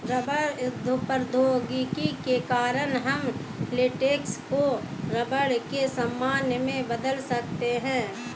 rubber प्रौद्योगिकी के कारण हम लेटेक्स को रबर के सामान में बदल सकते हैं